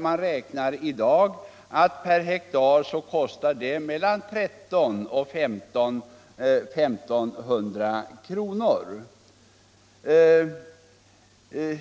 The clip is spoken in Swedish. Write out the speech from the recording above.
Man räknar med att det i dag kostar mellan 1 300 och 1 500 kr. per hektar att plantera skog.